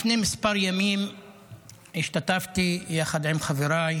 לפני כמה ימים השתתפתי יחד עם חבריי